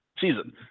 season